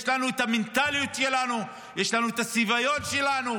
יש לנו את המנטליות שלנו, יש לנו את הצביון שלנו,